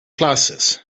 classes